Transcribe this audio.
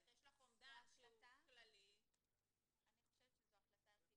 יש לך אומדן שהוא כללי -- אני חושבת שזו החלטה ערכית